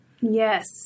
yes